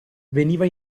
veniva